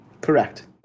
Correct